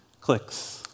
clicks